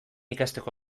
ikasteko